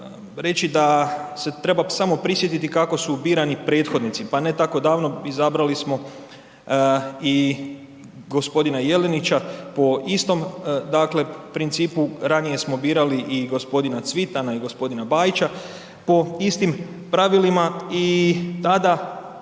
reći da se treba samo prisjetiti kako su birani prethodnici, pa ne tako davno izabrali smo i g. Jelenića po istom dakle principu, ranije smo birali i g. Cvitana i g. Bajića po istim pravilima i tada